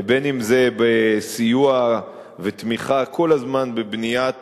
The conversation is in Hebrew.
אם בסיוע ותמיכה כל הזמן בבניית